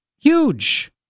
huge